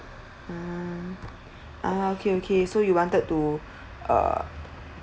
ah ah okay okay so you wanted to err